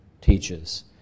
teaches